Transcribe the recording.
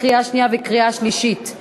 קריאה שנייה וקריאה שלישית.